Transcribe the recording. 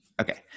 Okay